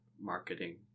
marketing